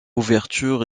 ouverture